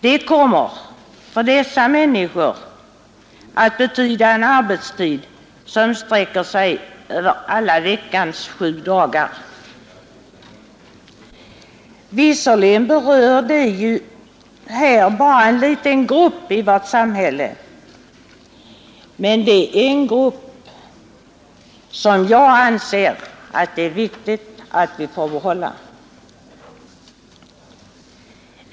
Det kommer för dessa människor att betyda en arbetstid, som sträcker sig över veckans alla dagar. Visserligen berör detta en relativt liten grupp i vårt samhälle, men det är en grupp som jag anser att det är viktigt att vi får behålla.